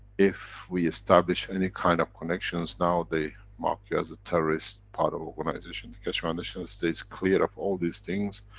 if we establish any kind of connections, now they mark you as a terrorists, part of organization. the keshe foundation stays clear of all these things,